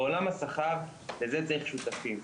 בעולם השכר צריך שותפים,